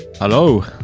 Hello